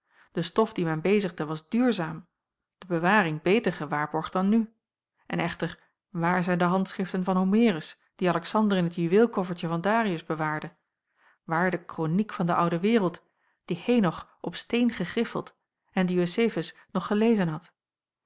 de stof die men bezigde was duurzaam de bewaring beter gewaarborgd dan nu en echter waar zijn de handschriften van homerus die alexander in het juweelkoffertje van darius bewaarde waar de kronijk van de oude wereld die henoch op steen gegriffeld en die jozefus nog gelezen had